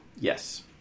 Yes